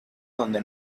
donde